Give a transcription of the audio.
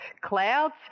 clouds